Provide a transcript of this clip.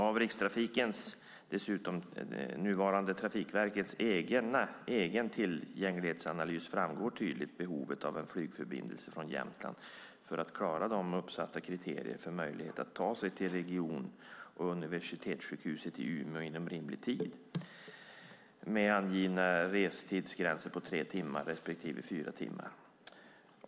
Av Rikstrafikens, nuvarande Trafikverkets, egen tillgänglighetsanalys framgår dessutom behovet tydligt av en flygförbindelse från Jämtland för att klara uppsatta kriterier för möjligheten att ta sig till region och universitetssjukhuset i Umeå inom rimlig tid med angivna restidsgränser på tre respektive fyra timmar.